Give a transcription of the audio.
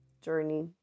journey